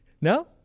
No